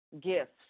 gifts